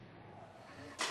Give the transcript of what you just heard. כן,